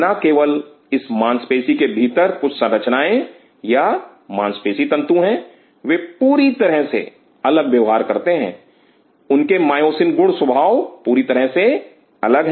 ना केवल इस मांसपेशी के भीतर कुछ रचनाएं या मांसपेशी तंतु हैं वे पूरी तरह से अलग व्यवहार करते हैं उनके मायोसिन गुणस्वभाव पूरी तरह से अलग हैं